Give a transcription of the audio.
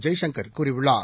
ஜெய்சங்கர் கூறியுள்ளார்